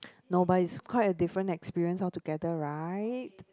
no but is quite a different experience altogether right